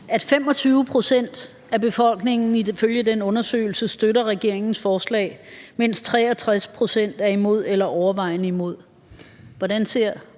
at 25 pct. af befolkningen ifølge den undersøgelse støtter regeringens forslag, mens 63 pct. er imod eller overvejende imod. Hvordan ser